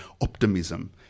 optimism